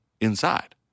inside